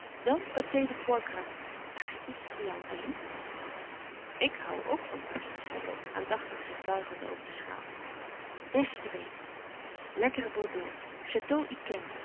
pâté de foie gras taartjes voor jou elly ik hoû ook van taartjes zei lot aandachtig zich buigende over de schaal des te beter lekkere bordeaux